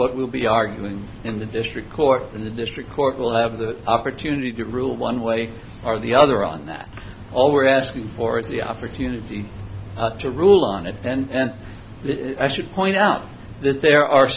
what we'll be arguing in the district court and the district court will have the opportunity to rule one way or the other on that all we're asking for is the opportunity to rule on it and i should point out that there are